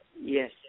Yes